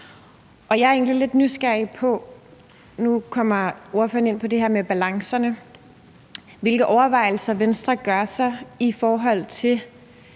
med balancerne – hvilke overvejelser Venstre gør sig, i forhold til